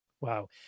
Wow